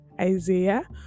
Isaiah